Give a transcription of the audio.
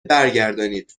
برگردانید